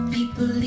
People